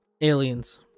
aliens